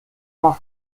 más